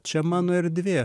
čia mano erdvė